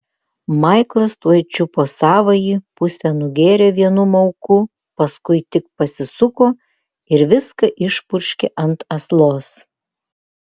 maiklas tuoj čiupo savąjį pusę nugėrė vienu mauku paskui tik pasisuko ir viską išpurškė ant aslos